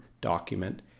document